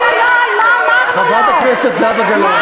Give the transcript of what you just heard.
חברת הכנסת גלאון, אוי, אוי, אוי, מה אמרנו לו?